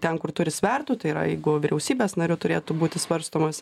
ten kur turi svertų tai yra jeigu vyriausybės nariu turėtų būti svarstomas